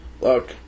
Look